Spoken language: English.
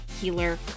healer